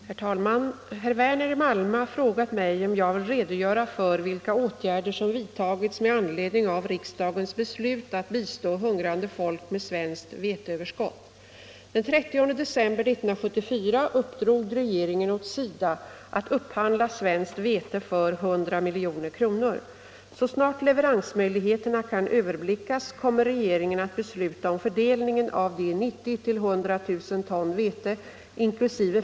Herr talman! Herr Werner i Malmö har frågat mig om jag vill redogöra Den 30 december 1974 uppdrog regeringen åt SIDA att upphandla svenskt vete för 100 milj.kr. Så snart leveransmöjligheterna kan överblickas kommer regeringen att besluta om fördelningen av de 90 000-100 000 ton vete inkl.